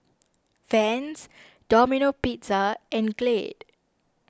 Vans Domino Pizza and Glade